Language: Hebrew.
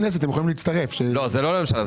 הבחירות שלפנינו הן לכנסת, לא לממשלה.